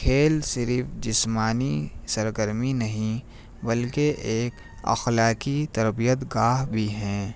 کھیل صرف جسمانی سرگرمی نہیں بلکہ ایک اخلاقی تربیت گاہ بھی ہیں